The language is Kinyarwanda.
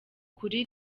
kuri